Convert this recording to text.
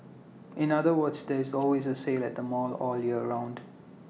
in other words there is always A sale at the mall all year around